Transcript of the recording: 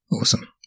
Awesome